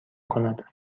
کند